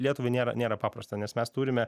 lietuvai nėra nėra paprasta nes mes turime